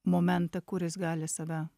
momentą kuris gali save